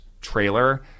trailer